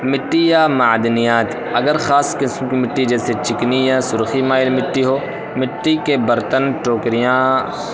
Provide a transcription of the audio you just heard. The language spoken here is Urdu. مٹی یا معدنیات اگر خاص قسم کی مٹی جیسے چکنی یا سرخی میل مٹی ہو مٹی کے برتن ٹوکریاں